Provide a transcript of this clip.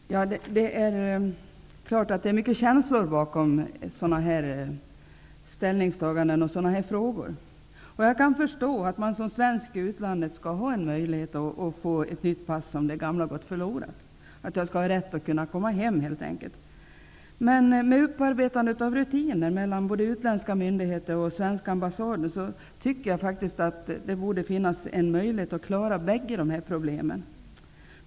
Fru talman! Det är klart att det är mycket känslor bakom sådana här ställningstaganden och frågor. Jag kan förstå att man som svensk i utlandet skall ha en möjlighet att få ett nytt pass om det gamla har gått förlorat. Man skall helt enkelt ha rätt att komma hem. Men med upparbetande av rutiner mellan utländska myndigheter och svenska ambassaden borde det finnas möjlighet att klara båda dessa problem.